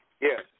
Yes